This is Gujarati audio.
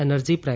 એનર્જી પ્રા